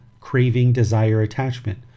craving-desire-attachment